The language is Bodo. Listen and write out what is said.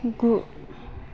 गु